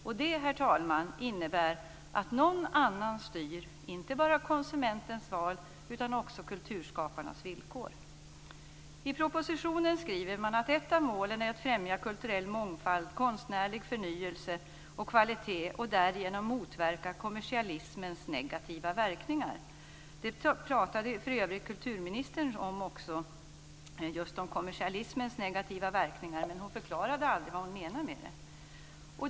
Det innebär, herr talman, att någon annan styr. Det handlar inte bara om konsumentens val utan också om kulturskaparnas villkor. I propositionen skriver man att ett av målen är att främja kulturell mångfald, konstnärlig förnyelse och kvalitet och att därigenom motverka kommersialismens negativa verkningar. Kulturministern pratade för övrigt just om kommersialismens negativa verkningar, men hon förklarade aldrig vad hon menade med det.